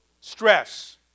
stress